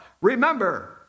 Remember